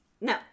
No